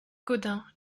gaudin